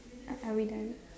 are are we done